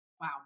Wow